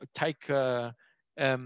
take